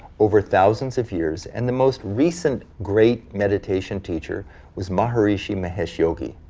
over thousands of years, and the most recent great meditation teacher was maharishi mahesh yogi.